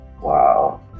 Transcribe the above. Wow